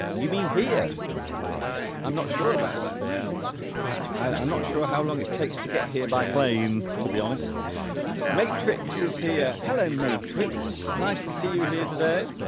you mean here i'm not sure about that i'm not sure how long it takes to get here by plane to be honest matrixes here hello matrix nice to see you here today